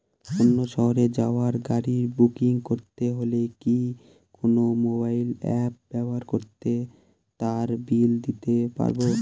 অন্য শহরে যাওয়ার গাড়ী বুকিং করতে হলে কি কোনো মোবাইল অ্যাপ ব্যবহার করে তার বিল দিতে পারব?